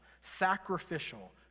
sacrificial